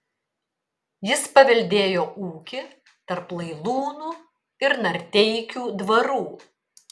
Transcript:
jis paveldėjo ūkį tarp lailūnų ir narteikių dvarų